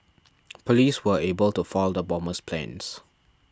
police were able to foil the bomber's plans